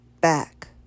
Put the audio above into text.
back